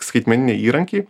skaitmeniniai įrankiai